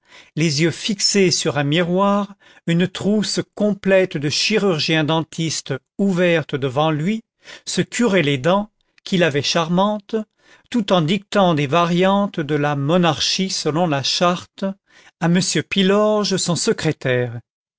les yeux fixés sur un miroir une trousse complète de chirurgien dentiste ouverte devant lui se curait les dents qu'il avait charmantes tout en dictant des variantes de la monarchie selon la charte à m pilorge son secrétaire